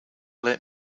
let